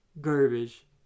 garbage